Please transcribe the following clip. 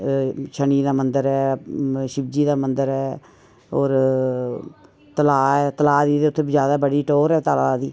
शनि दा मंदर ऐ शिवजी दा मंदर ऐ होर तला ऐ तला दी उत्थैं बड़ी ज्यादा टौर ऐ तला दी